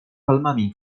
palmami